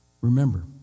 remember